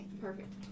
perfect